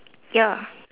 ya